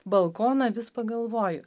balkoną vis pagalvoju